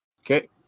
Okay